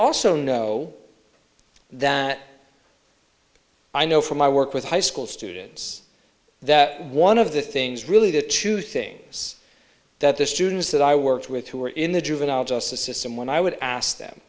also know that i know from my work with high school students that one of the things really the two things that the students that i worked with who were in the juvenile justice system when i would ask them